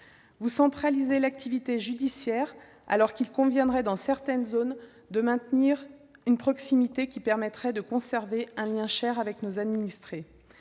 Vous centralisez l'activité judicaire alors qu'il conviendrait dans certaines zones de maintenir une proximité qui permettrait de conserver un lien cher avec nos administrés.